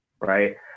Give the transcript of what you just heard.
right